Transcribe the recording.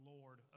Lord